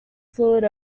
fluid